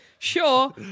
Sure